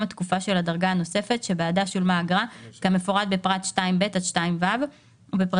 התקופה של הדרגה הנוספת שבעדה שולמה האגרה כמפורט בפרט 2ב עד 2ו ובפרטים